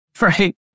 Right